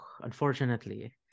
unfortunately